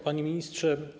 Panie Ministrze!